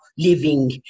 living